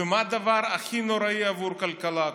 מה הדבר הכי נוראי בעבור כלכלה?